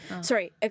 sorry